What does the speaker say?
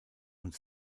und